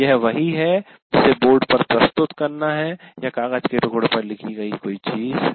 यह वही है जिसे बोर्ड पर प्रस्तुत करना है या कागज के टुकड़े पर लिखी गई कोई चीज है